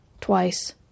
twice